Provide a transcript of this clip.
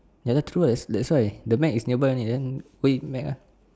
ya lah true lah that's that's why the Mac is nearby only then wait Mac